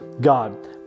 God